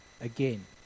again